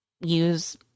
use